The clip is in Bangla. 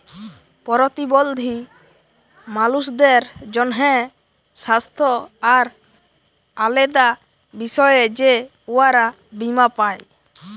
পরতিবল্ধী মালুসদের জ্যনহে স্বাস্থ্য আর আলেদা বিষয়ে যে উয়ারা বীমা পায়